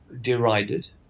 derided